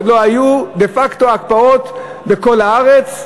כשעוד לא היו דה-פקטו הקפאות בכל הארץ,